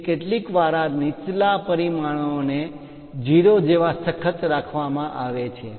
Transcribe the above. તેથી કેટલીકવાર આ નીચલા પરિમાણોને 0 જેવા સખત રીતે રાખવામાં આવે છે